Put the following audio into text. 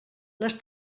les